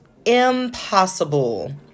impossible